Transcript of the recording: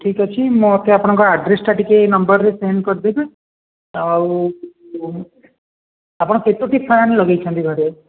ଠିକ୍ ଅଛି ମୋତେ ଆପଣଙ୍କର ଆଡ଼୍ରେସଟା ଟିକେ ଏହି ନମ୍ବରରେ ସେଣ୍ଡ୍ କରିଦେବେ ଆଉ ଆପଣ କେତୋଟି ଫ୍ୟାନ୍ ଲଗାଇଛନ୍ତି ଘରେ